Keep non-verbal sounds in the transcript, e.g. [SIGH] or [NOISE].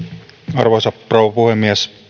arvoisa rouva puhemies [UNINTELLIGIBLE]